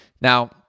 Now